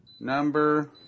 number